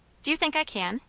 do you think i can?